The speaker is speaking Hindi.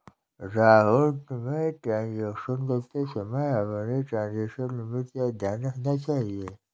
राहुल, तुम्हें ट्रांजेक्शन करते समय अपनी ट्रांजेक्शन लिमिट का ध्यान रखना चाहिए